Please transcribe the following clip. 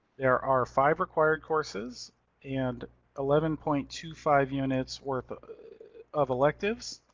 there are five required courses and eleven point two five units worth of electives.